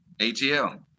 ATL